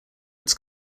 its